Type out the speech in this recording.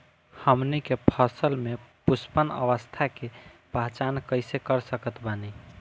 हमनी के फसल में पुष्पन अवस्था के पहचान कइसे कर सकत बानी?